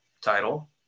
title